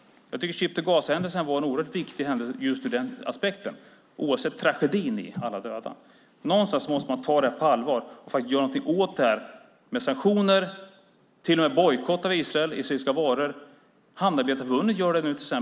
Jag tycker att Ship to Gaza-händelsen var en oerhört viktig händelse ur den aspekten, oavsett tragedin i alla döda. Någonstans måste man ta detta på allvar och göra någonting åt det, till exempel med sanktioner eller till och med bojkott av Israel och israeliska varor. Exempelvis Hamnarbetareförbundet gör detta nu.